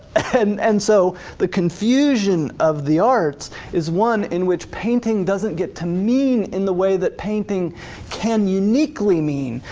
and and so the confusion of the arts is one in which painting doesn't get to mean in the way that painting can uniquely mean,